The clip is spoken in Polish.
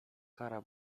kara